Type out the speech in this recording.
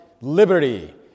liberty